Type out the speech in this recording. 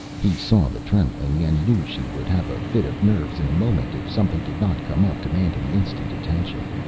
he saw the trembling and knew she would have a fit of nerves in a moment if something did not come up demanding instant attention.